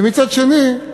ומצד שני,